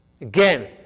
Again